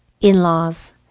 in-laws